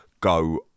go